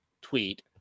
tweet